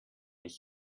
ich